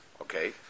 Okay